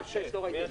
אה, שישה.